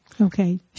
Okay